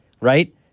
right